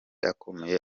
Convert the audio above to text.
akomeye